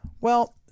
Well-